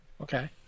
Okay